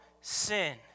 sin